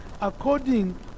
according